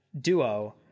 duo